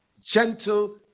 gentle